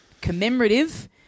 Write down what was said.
commemorative